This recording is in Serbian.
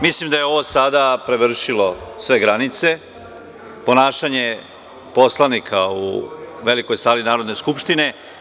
Mislim da je ovo sada prevršilo sve granice, ponašanje poslanika u velikoj sali Narodne skupštine.